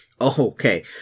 okay